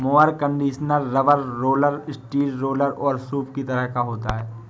mower conditioner rubber roller, steel roller और सूप के तरह का होता है